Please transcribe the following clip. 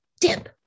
dip